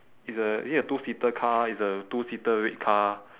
is a is it a two seater car is a two seater red car